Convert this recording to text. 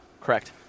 Correct